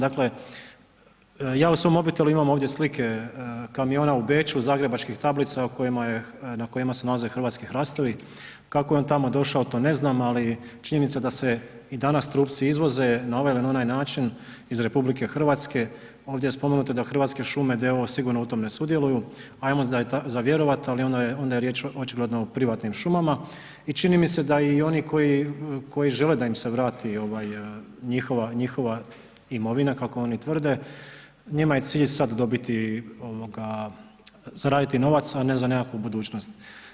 Dakle ja u svom mobitelu imam ovdje slike kamiona u Beču, zagrebačkih tablica na kojima se nalaze hrvatski hrastovi, kako je on tamo došao to ne znam ali činjenica da se i danas trupci izvoze na ovaj ili onaj način iz RH, ovdje je spomenuto da Hrvatske šume d.o.o. sigurno u tom ne sudjeluju, ajmo za vjerovat ali onda je riječ očigledno o privatnim šumama i čini mi se da i oni koji žele da im se vrati njihova imovina kako oni tvrde, njima je cilj sad dobiti, zaraditi novac a ne za nekakvu budućnost.